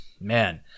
man